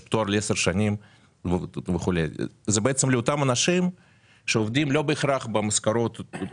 להם פטור ל-10 שנים אלא זה לאותם אנשים שעובדים לא בהכרח בשכר